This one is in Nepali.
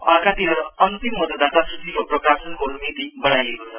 अर्कातिर अन्तिम मतदाता सुचिको प्रकाशनको तिथि बढ़ाइएको छ